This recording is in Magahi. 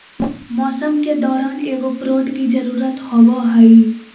मौसम के दौरान एगो प्रोड की जरुरत होबो हइ